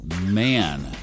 Man